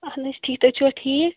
اہن حظ ٹھیٖک تُہۍ چھُوا ٹھیٖک